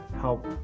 help